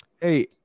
Hey